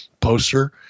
poster